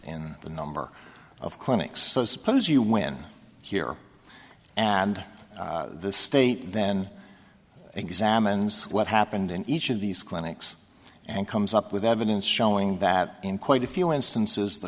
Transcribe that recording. in the number of clinics so suppose you win here and the state then examines what happened in each of these clinics and comes up with evidence showing that in quite a few instances the